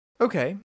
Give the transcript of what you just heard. Okay